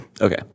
Okay